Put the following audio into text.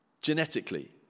genetically